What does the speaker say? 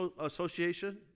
Association